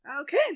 Okay